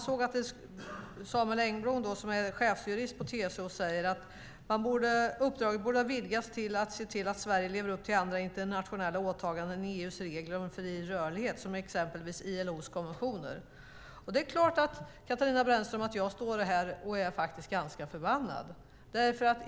Samuel Engblom, chefsjurist på TCO, säger att uppdraget borde ha vidgats till att se till att Sverige lever upp till andra internationella åtaganden och EU:s regler om fri rörlighet, exempelvis ILO:s konventioner. Det är klart, Katarina Brännström, att jag står här och är ganska förbannad.